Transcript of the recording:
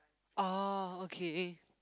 oh okay